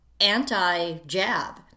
anti-jab